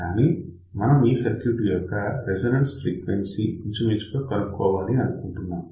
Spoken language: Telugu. కానీ ఇక్కడ మనం ఈ సర్క్యూట్ యొక్క రెసొనెన్స్ ఫ్రీక్వెన్సీ ఇంచుమించుగా కనుక్కోవాలి అనుకుంటున్నాము